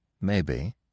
Maybe